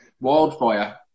Wildfire